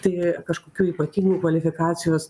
tai kažkokių ypatingų kvalifikacijos